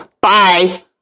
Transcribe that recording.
Bye